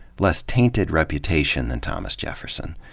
less ta inted reputation than thomas jefferson.